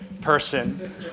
person